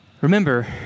Remember